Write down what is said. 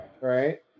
right